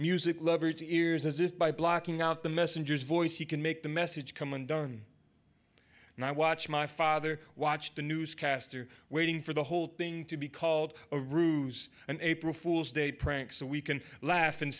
music lovers ears as if by blocking out the messengers voice he can make the message come undone and i watch my father watched a newscaster waiting for the whole thing to be called a ruse an april fools day prank so we can laugh and